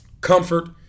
Comfort